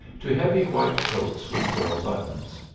to heavy white coats with pearl buttons.